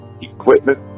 equipment